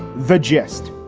the gist.